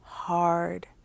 hard